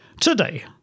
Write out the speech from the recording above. Today